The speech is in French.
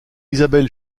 isabelle